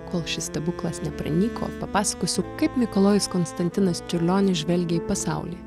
kol šis stebuklas nepranyko papasakosiu kaip mikalojus konstantinas čiurlionis žvelgė į pasaulį